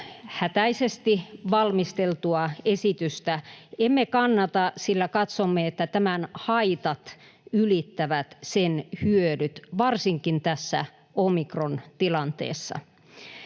hätäisesti valmisteltua esitystä, emme kannata, sillä katsomme, että tämän haitat ylittävät sen hyödyt varsinkin tässä omikrontilanteessa.